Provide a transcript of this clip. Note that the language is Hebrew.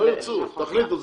לא ירצו, תחליטו.